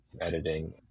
editing